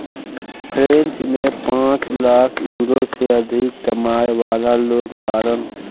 French में पांच lakh euro से अधिक कमाए वाला लोग बाड़न